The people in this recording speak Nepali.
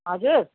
हजुर